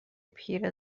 پیره